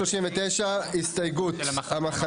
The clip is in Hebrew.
הטענה היא, אלא אם כן יש לך טענה